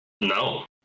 No